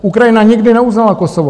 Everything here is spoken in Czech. Ukrajina nikdy neuznala Kosovo.